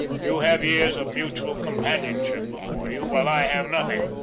you have years of mutual companionship before you, while i have nothing.